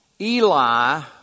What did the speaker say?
Eli